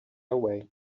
away